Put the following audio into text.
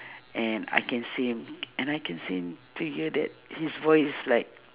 and I can see him and I can see him you know that his voice is like